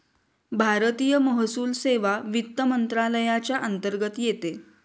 भारतीय महसूल सेवा वित्त मंत्रालयाच्या अंतर्गत येते